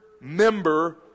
member